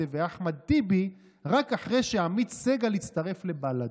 ואחמד טיבי רק אחרי שעמית סגל יצטרף לבל"ד"